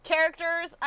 Characters